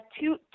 two